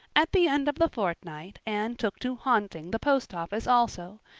at the end of the fortnight anne took to haunting the post office also,